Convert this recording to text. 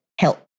Help